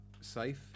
safe